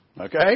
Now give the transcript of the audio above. Okay